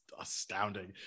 astounding